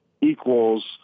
equals